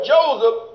Joseph